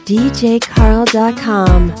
djcarl.com